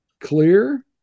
clear